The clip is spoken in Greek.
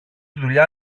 δουλειά